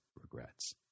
regrets